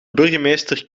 burgemeester